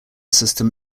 system